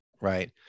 right